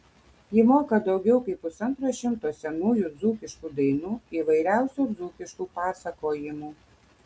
ji moka daugiau kaip pusantro šimto senųjų dzūkiškų dainų įvairiausių dzūkiškų pasakojimų